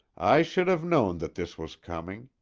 i should have known that this was coming.